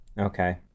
Okay